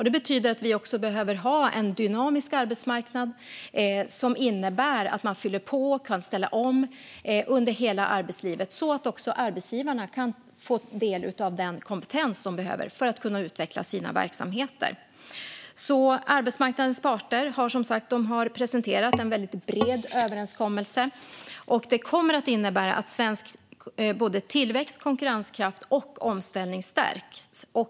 Det betyder också att vi behöver en dynamisk arbetsmarknad som innebär att det går att fylla på och ställa om under hela arbetslivet så att också arbetsgivarna kan få del av den kompetens de behöver för att utveckla sina verksamheter. Arbetsmarknadens parter har presenterat en bred överenskommelse, och det kommer att innebära att svensk tillväxt, konkurrenskraft och omställning stärks.